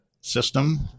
system